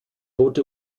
rote